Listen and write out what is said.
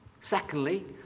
Secondly